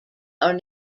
are